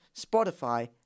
Spotify